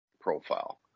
profile